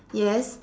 yes